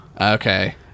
Okay